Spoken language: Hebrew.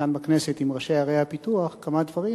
כאן בכנסת עם ראשי ערי הפיתוח אמרתי כמה דברים.